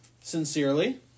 sincerely